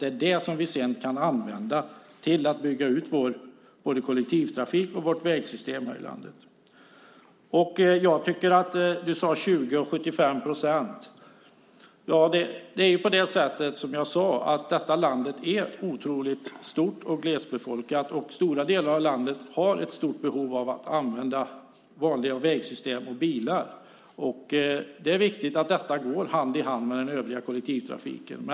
Det är dem som vi sedan kan använda till att bygga ut vår kollektivtrafik och vårt vägsystem här i landet. Du talade om 20 procent och 75 procent. Det är som jag sade. Detta land är otroligt stort och glesbefolkat. Stora delar av landet har ett stort behov av att använda vanliga vägsystem och bilar. Det är viktigt att det går hand i hand med den övriga kollektivtrafiken.